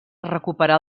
recuperar